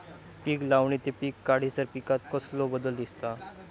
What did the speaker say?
पीक लावणी ते पीक काढीसर पिकांत कसलो बदल दिसता?